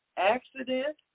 Accident